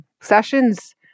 sessions